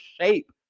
shape